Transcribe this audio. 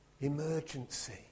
emergency